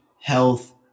health